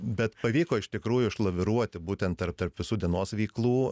bet pavyko iš tikrųjų išlaviruoti būtent tarp tarp visų dienos veiklų